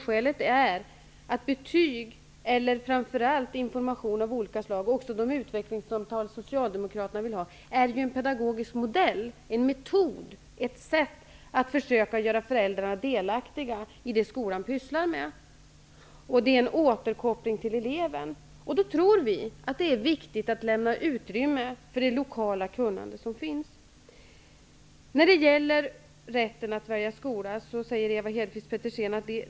Skälet är att betygen, eller framför allt information av olika slag och också de utvecklingssamtal som socialdemokraterna vill ha, utgör en pedagogisk modell, en metod, ett sätt att försöka göra föräldrarna delaktiga i det skolan sysslar med. Det innebär en återkoppling till eleven. Vi tror att det är viktigt att lämna utrymme för det lokala kunnande som finns. Rätten att välja skola har Socialdemokraterna infört, säger Ewa Hedkvist Petersen.